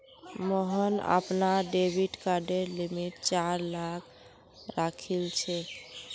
मोहन अपनार डेबिट कार्डेर लिमिट चार लाख राखिलछेक